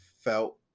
felt